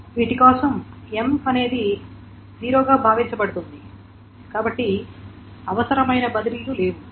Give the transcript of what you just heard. వీటి కోసం m అనేది 0 గా భావించబడుతుంది కాబట్టి అవసరమైన బదిలీలు లేవు